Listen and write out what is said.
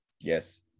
yes